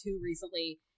recently